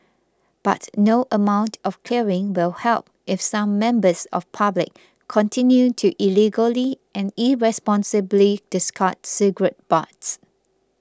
but no amount of clearing will help if some members of public continue to illegally and irresponsibly discard cigarette butts